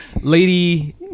Lady